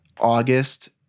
August